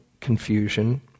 confusion